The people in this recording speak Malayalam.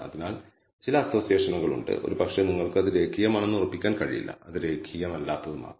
അതിനാൽ ചില അസ്സോസിയേഷൻ ഉണ്ട് ഒരുപക്ഷേ നിങ്ങൾക്ക് അത് രേഖീയമാണെന്ന് ഉറപ്പിക്കാൻ കഴിയില്ല അത് രേഖീയമല്ലാത്തതാകാം